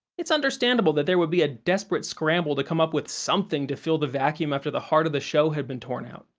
it's understandable that that there would be a desperate scramble to come up with something to fill the vacuum after the heart of the show had been torn out,